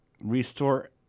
Restore